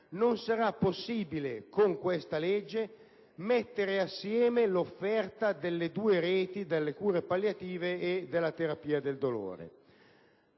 non sarà possibile mettere assieme l'offerta delle due reti delle cure palliative e della terapia del dolore.